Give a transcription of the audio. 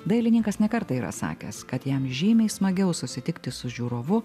dailininkas ne kartą yra sakęs kad jam žymiai smagiau susitikti su žiūrovu